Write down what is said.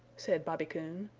said bobby coon.